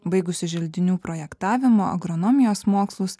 baigusi želdinių projektavimo agronomijos mokslus